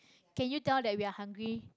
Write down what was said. can you tell that we are hungry